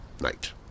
night